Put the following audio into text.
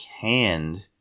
hand